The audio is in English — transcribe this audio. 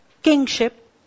Kingship